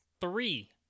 three